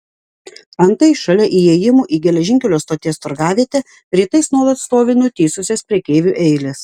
antai šalia įėjimų į geležinkelio stoties turgavietę rytais nuolat stovi nutįsusios prekeivių eilės